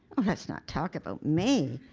um let's not talk about may.